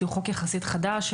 שהוא חוק יחסית חדש,